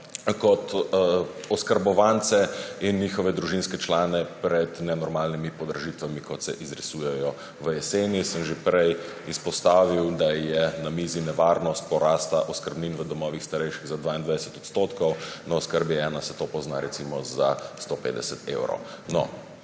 kot oskrbovance in njihove družinske člane pred nenormalnimi podražitvami, kot se izrisujejo v jeseni. Sem že prej izpostavil, da je na mizi nevarnost porasta oskrbnin v domovih za starejše za 22 %. Na oskrbi 1 se to pozna recimo za 150 evrov.